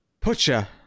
putcha